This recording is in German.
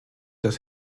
das